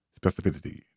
specificity